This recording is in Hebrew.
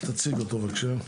אז תציג אותו בבקשה.